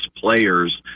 players